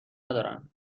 ندارن